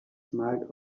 smiled